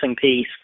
piece